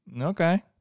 Okay